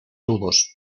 nudos